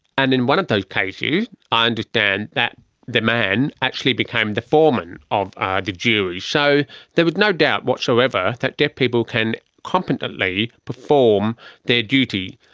and in one of those cases i understand that the man actually became the foreman of ah the jury. so there was no doubt whatsoever that deaf people can competently perform their duty.